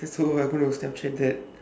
cause i'm gonna Snapchat that